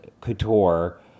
couture